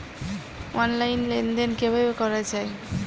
Online লেনদেন কিভাবে করা হয়?